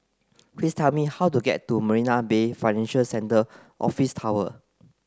please tell me how to get to Marina Bay Financial Centre Office Tower